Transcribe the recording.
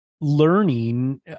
learning